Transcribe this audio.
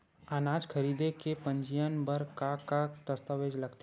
अनाज खरीदे के पंजीयन बर का का दस्तावेज लगथे?